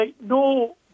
no